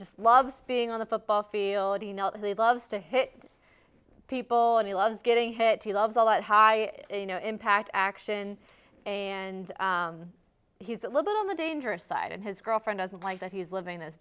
just loves being on the football field you know that he loves to hit people and he loves getting hit he loves all that high you know impact action and he's a little bit on the dangerous side and his girlfriend doesn't like that he's living this